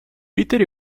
peter